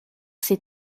ces